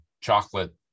chocolate